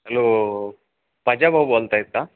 hello पाजाभाऊ बोलत आहेत का